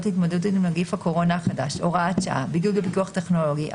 להתמודדות עם נגיף הקורונה החדש (הוראת שעה) (בידוד בפיקוח טכנולוגי),